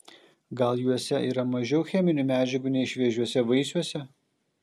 gal juose yra mažiau cheminių medžiagų nei šviežiuose vaisiuose